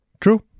True